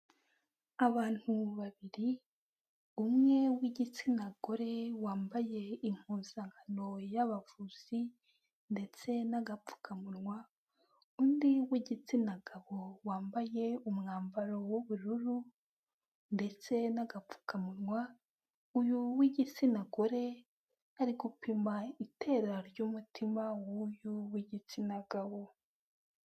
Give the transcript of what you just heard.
Abantu babiri umwe w'igitsina gore wambaye impuzankano y'abavuzi ndetse n'agapfukamunwa undi w'igitsina gabo wambaye umwambaro w'ubururu ndetse n'agapfukamunwa, uyu w'igitsina gore ari gupima itera ry'umutima w'uyu w'igitsina gabo.